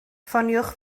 ffoniwch